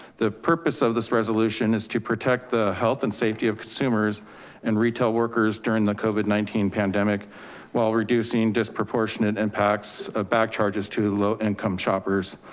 the purpose of this resolution is to protect the health and safety of consumers and retail workers during the covid nineteen pandemic while reducing disproportionate impacts of bag charges to low income shoppers,